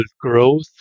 growth